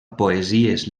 poesies